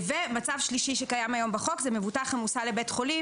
ומצב שלישי שקיים היום בחוק זה מבוטח המוסע לבית חולים